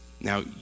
now